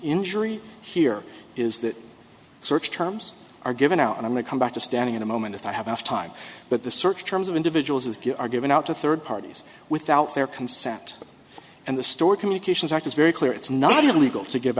injury here is that search terms are given out and i'm going to come back to standing in a moment if i have enough time but the search terms of individuals if you are given out to third parties without their consent and the store communications act is very clear it's not illegal to give